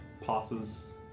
passes